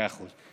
מאה אחוז.